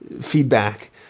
feedback